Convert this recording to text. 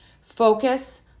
Focus